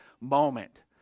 moment